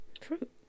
Fruit